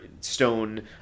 Stone